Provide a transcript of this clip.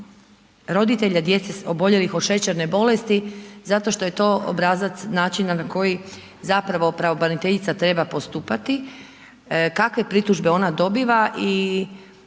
roditelja djece oboljelih od šećerne bolesti zato što je to obrazac načina na koji zapravo pravobraniteljica treba postupati, kakve pritužbe ona dobiva i